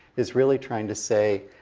is really trying to say,